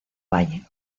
valle